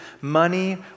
money